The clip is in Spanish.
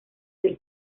del